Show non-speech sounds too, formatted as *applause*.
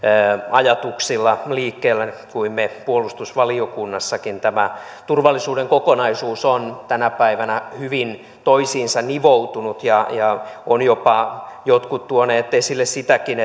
ajatuksilla liikkeellä kuin me puolustusvaliokunnassakin tämä turvallisuuden kokonaisuus on tänä päivänä hyvin toisiinsa nivoutunut ja ja ovat jopa jotkut tuoneet esille sitäkin *unintelligible*